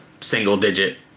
single-digit